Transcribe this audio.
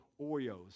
Oreos